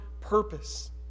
purpose